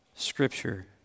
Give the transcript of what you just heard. scripture